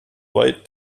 weit